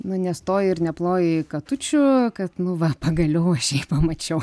nu nestoji ir neploji katučių kad nu va pagaliau aš jį pamačiau